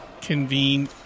convene